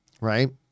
right